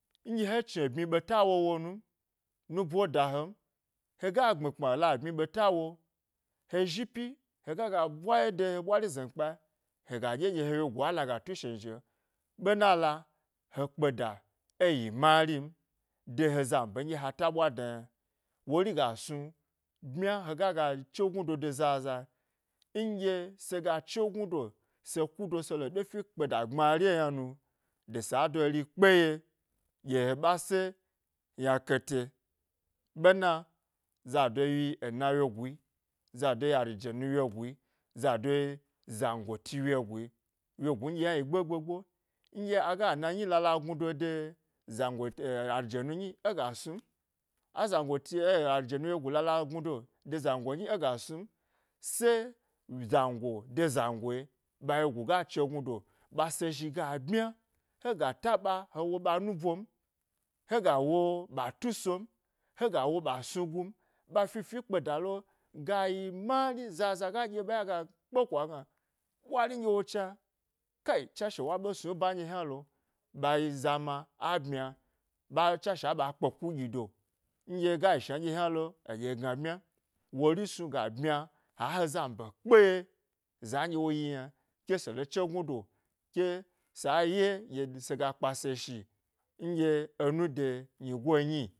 Nɗye he chni ebmyi ɓeta wo wo num, nubo da hem hega gbmi kpma la ebmyi ɓeta wo he zhi pyi hega ɓwa de he ɓwari zon kpae hega ɗye ɗye hegua laga tu ė shanzhi'o ɓenala, he kpeda e yi mari n de he zam be nɗye ha ta ɓwa dna yna wori ga snu bmya hega ga chegnudo de zazae nɗye sega chegnudo be kudo be lo ɗofe kpada gbmari yna nu gi se do'ri kpe ye ɗye he ɓa se yna ƙete ɓena, zado wyi ena wyeguyi zado yi arijanu wyegui, nɗye aga ena nyi la la gnudo de zango, arijenu rayi ega snu m, azanti arije nu wyegu la'la gnudo de zango nyi ega snu m, se, zango de zangoe ɓa wyegu ga chegnudo ɓa se zhi ga bmya, hega taɓa hewo ɓa nu bom hega wo ɓa tusom hega wo ɓa snu gum ɓa fifi ekpeda lo gayi mari zaza ga ɗye ɓa ye aga ɗye ɓa ye aga kpeko agna ɓwari nɗye cha ku, tswashe wo ɓe snu e ban ɗye hnalo, ɓa zama a bmya ɓa tswashe a ɓa kpeku gnudo nɗye ga yi shna hna lo, aɗye gna bmya wori snu ga bmya ha he zambe kpe ye za nɗye wo yi yna, ke sele chegnudo ke sa ye ɗye sega kpe se shi nɗye enu de, nyi goe nyi